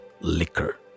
liquor